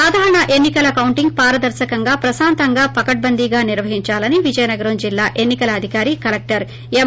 సాధారణ ఎన్నికల కౌంటింగ్ పారదర్చకంగా ప్రకాంతంగా పకడ్చంధీగా నిర్వహిందాలని విజయనగరం జిల్లా ఎన్ని కల అధికారి కలెక్షర్ డాక్షర్ ఎం